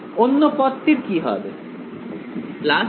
অন্য পদটির কি হবে